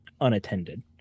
unattended